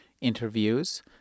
interviews